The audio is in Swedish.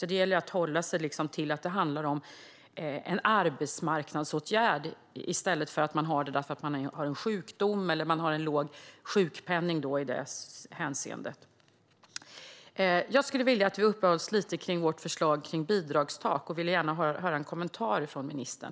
Det gäller att hålla sig till att det handlar om en arbetsmarknadsåtgärd i stället för att man har det på grund av att man har en sjukdom eller en låg sjukpenning. Jag skulle vilja att vi uppehöll oss lite vid vårt förslag om bidragstak och vill gärna höra en kommentar från ministern.